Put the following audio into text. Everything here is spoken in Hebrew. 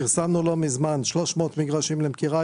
פרסמנו לא מזמן 300 מגרשים למכירה,